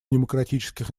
демократических